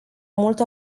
mult